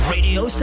Radio